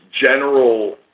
general